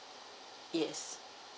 yes